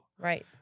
Right